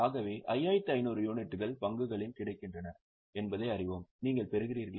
ஆகவே 5500 யூனிட்டுகள் பங்குகளில் கிடைக்கின்றன என்பதை அறிவோம் நீங்கள் பெறுகிறீர்களா